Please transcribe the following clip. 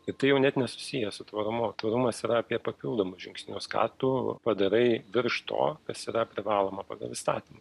ir tai jau net nesusiję su tvarumu tvarumas yra apie papildomus žingsnius ką tu padarai virš to kas yra privaloma pagal įstatymą